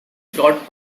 brought